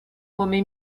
come